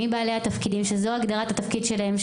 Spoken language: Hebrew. מי בעלי התפקידים שזאת הגדרת התפקיד שלהם,